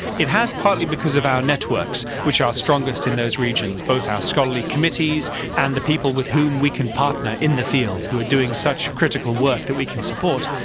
it has, partly because of our networks which are strongest in those regions, both our scholarly committees and the people with whom we can partner in the field who are doing such critical work that we can support,